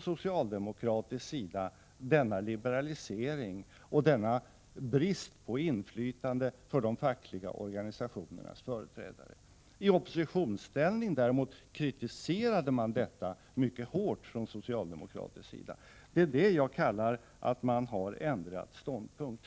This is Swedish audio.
socialdemokraterna försvarar denna liberalisering och denna brist på inflytande för de fackliga organisationernas företrädare. I oppositionsställning däremot kritiserade man detta mycket hårt från socialdemokratisk sida. Det är detta jag syftar på när jag säger att man har ändrat ståndpunkt.